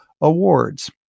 awards